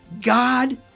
God